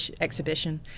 exhibition